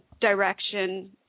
direction